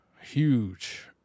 huge